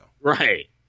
Right